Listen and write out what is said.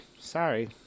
Sorry